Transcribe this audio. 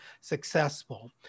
successful